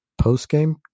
post-game